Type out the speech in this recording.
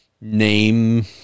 name